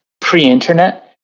pre-internet